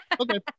Okay